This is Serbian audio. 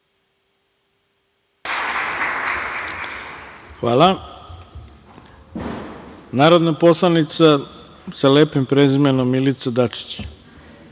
Hvala. Narodna poslanica sa lepim prezimenom, Milica Dačić.